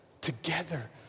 together